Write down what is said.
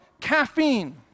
caffeine